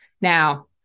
Now